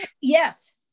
Yes